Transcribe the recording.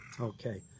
Okay